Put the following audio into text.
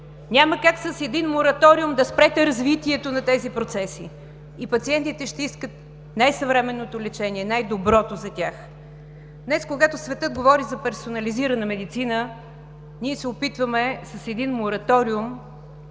Няма как с един мораториум да спрете развитието на тези процеси и пациентите ще искат най-съвременното лечение, най-доброто за тях. Днес, когато светът говори за персонализирана медицина, ние се опитваме с един мораториум